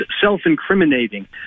self-incriminating